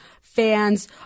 fans